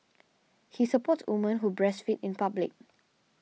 he supports women who breastfeed in public